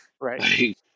Right